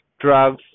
drugs